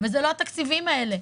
ולא התקציבים האלה.